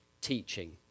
teaching